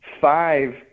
five